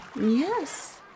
Yes